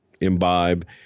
imbibe